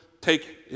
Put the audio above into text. take